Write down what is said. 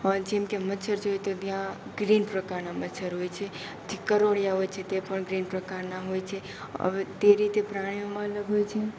જેમ કે મચ્છર જોઈએ તો ત્યાં ગ્રીન પ્રકારનાં મચ્છર હોય છે જે કરોળિયા હોય છે એ પણ ગ્રીન પ્રકારના હોય છે હવે તે રીતે પ્રાણીઓમાં અલગ હોય છે